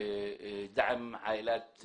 העבירו אותו, שמו אותו בקליטה,